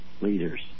leaders